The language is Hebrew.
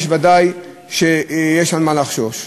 ודאי יש ממה לחשוש,